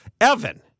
Evan